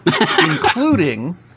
Including